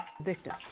Victim